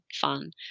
fun